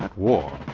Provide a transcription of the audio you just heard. war.